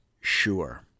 sure